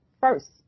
first